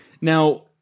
now